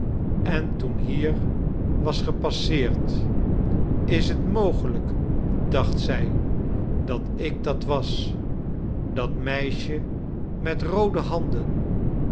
en toen hier was gepasseerd is het mogelijk dacht zij dat ik dat was dat meisje met roode handen